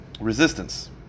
resistance